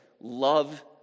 love